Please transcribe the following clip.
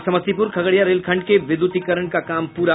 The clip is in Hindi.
और समस्तीपुर खगड़िया रेलखंड के विद्युतीकरण का काम पूरा